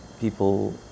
people